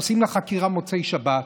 עושים לה חקירה במוצאי שבת,